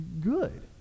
good